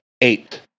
Eight